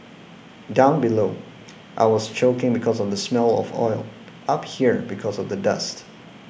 down below I was choking because of the smell of oil up here because of the dust